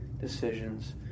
decisions